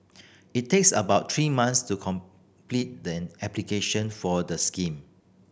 it takes about three month to complete the application for the scheme